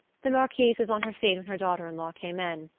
the marquise was on her feet when her daughter-in-law came in,